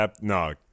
No